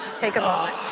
take a ah